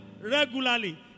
regularly